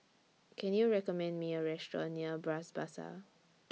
Can YOU recommend Me A Restaurant near Bras Basah